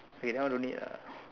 okay now don't need lah